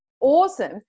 awesome